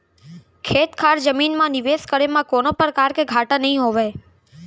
खेत खार जमीन म निवेस करे म कोनों परकार के घाटा नइ होवय